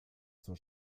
zur